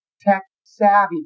tech-savvy